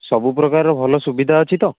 ସବୁ ପ୍ରକାରର ଭଲ ସୁବିଧା ଅଛି ତ